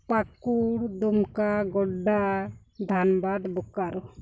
Pakur Dumka Godda Dhanbad Bokaro